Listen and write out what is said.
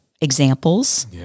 examples